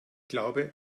glaube